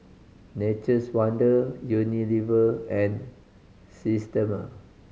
Nature's Wonder Unilever and Systema